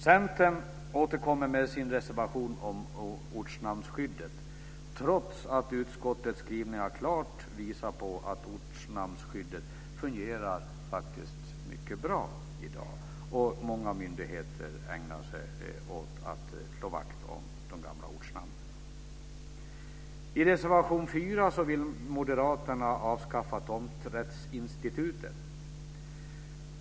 Centern återkommer med sin reservation om ortnamnsskyddet trots att utskottet skrivningar klart visar på att ortnamnsskyddet fungerar mycket bra i dag och många myndigheter ägnar sig att slå vakt om de gamla ortnamnen. I reservation 4 vill Moderaterna avskaffa tomträttsinstitutet.